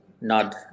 nod